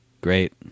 Great